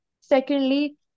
Secondly